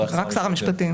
זה רק שר המשפטים.